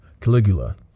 Caligula